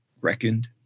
reckoned